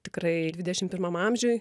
tikrai dvidešim pirmam amžiuj